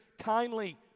kindly